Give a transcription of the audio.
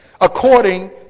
according